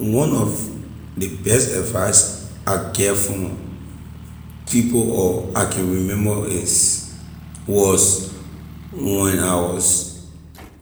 Ley best advise I get from people or I can remember is was when I was